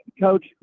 Coach